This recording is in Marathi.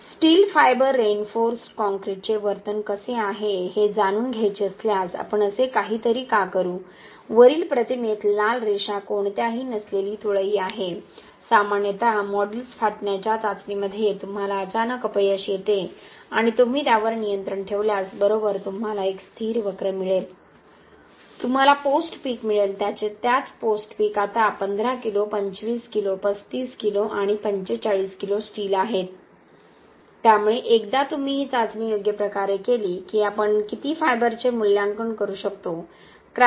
स्टील फायबर रेइनफोर्सडकाँक्रीटचे वर्तन कसे आहे हे जाणून घ्यायचे असल्यास आपण असे काहीतरी का करू वरील प्रतिमेत लाल रेषा कोणत्याही नसलेली तुळई आहे सामान्यत मोड्यूलस फाटण्याच्या चाचणीमध्ये तुम्हाला अचानक अपयश येते आणि तुम्ही त्यावर नियंत्रण ठेवल्यास बरोबर तुम्हाला एक स्थिर वक्र मिळेल तुम्हाला पोस्ट पीक मिळेल त्याच पोस्ट पीक आता 15 किलो 25 किलो 35 किलो आणि 45 किलो स्टील आहेत त्यामुळे एकदा तुम्ही ही चाचणी योग्य प्रकारे केली की आपण किती फायबरचे मूल्यांकन करू शकतो